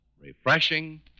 refreshing